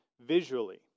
visually